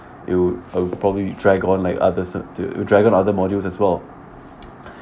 it would pro~ probably drag on like others to drag on other modules as well